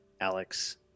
Alex